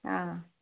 ಆಂ